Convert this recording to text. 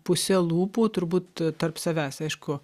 puse lūpų turbūt tarp savęs aišku